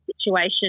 situation